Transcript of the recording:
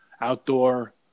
outdoor